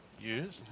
use